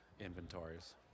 inventories